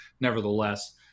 nevertheless